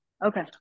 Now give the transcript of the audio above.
Okay